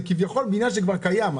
זה כביכול בניין שכבר קיים.